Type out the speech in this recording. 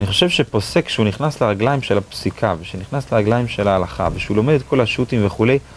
אני חושב שפוסק, כשהוא נכנס לרגליים של הפסיקה, ושנכנס לרגליים של ההלכה, ושהוא לומד את כל השו"תים וכולי